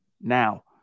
now